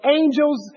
angels